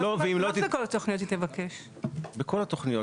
בכל התוכניות,